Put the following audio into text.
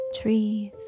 trees